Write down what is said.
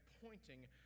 pointing